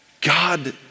God